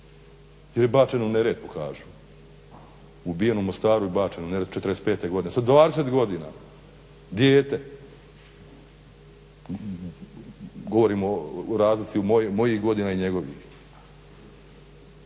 je bačen u Neretvu kažu, ubijen u Mostaru i bačen u Neretvu '45.godine, sa 20 godina, dijete. Govorimo o razlici mojih godina i njegovih.